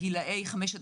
כלומר